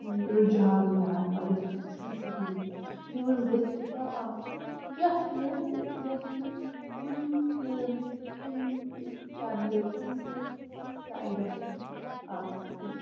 رُحجان کَران مگر سُہ چھُنہٕ صحیٖح کیٚنٛہہ نِوٕز گژھہِ سۄ آسٕنۍ یۄس نہٕ یۄس نہٕ کُنہِ تہِ کُنہِ تہِ چیٚنلہِ کُنہِ تہِ سایڈَس کِنۍ آسہِ کیٚنٛہہ